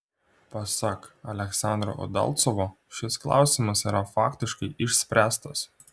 pasak aleksandro udalcovo šis klausimas yra faktiškai išspręstas